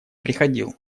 приходил